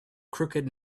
crooked